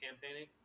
campaigning